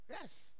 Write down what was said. Yes